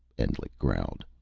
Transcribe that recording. endlich growled.